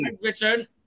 Richard